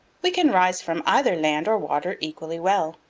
we can rise from either land or water equally well.